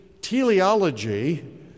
teleology